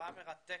תופעה מרתקת.